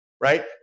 right